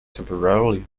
temporarily